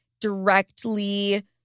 directly